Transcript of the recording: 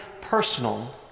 personal